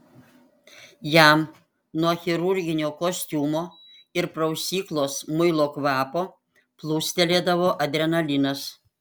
jam nuo chirurginio kostiumo ir prausyklos muilo kvapo plūstelėdavo adrenalinas